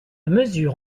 mesure